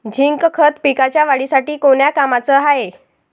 Zinc खत पिकाच्या वाढीसाठी कोन्या कामाचं हाये?